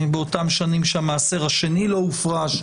באותן שנים שהמעשר השני לא הופרש,